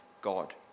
God